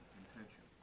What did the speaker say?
intention